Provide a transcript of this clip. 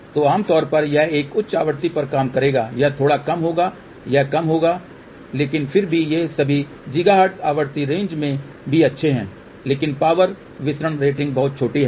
तो सामान्य तौर पर यह एक उच्च आवृत्ति पर काम करेगा यह थोड़ा कम होगा यह कम होगा लेकिन फिर भी ये सभी गीगाहर्ट्ज आवृत्ति रेंज में भी अच्छे हैं लेकिन पावर विसरण रेटिंग बहुत छोटी है